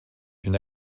une